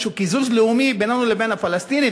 קיזוז לאומי בינינו לבין הפלסטינים,